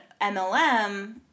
MLM